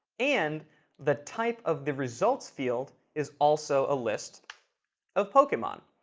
and that type of the results field is also a list of pokemon.